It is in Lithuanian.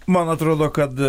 man atrodo kad